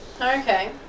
Okay